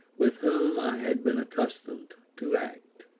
with whom i had been accustomed to act.